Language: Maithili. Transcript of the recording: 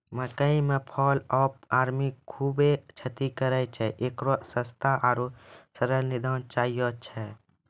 मकई मे फॉल ऑफ आर्मी खूबे क्षति करेय छैय, इकरो सस्ता आरु सरल निदान चाहियो छैय?